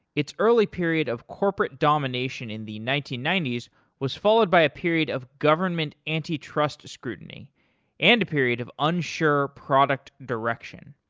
it's early period of corporate domination in the nineteen ninety s was followed by a period of government antitrust scrutiny and a period of unsure product direction.